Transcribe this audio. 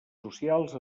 socials